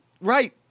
Right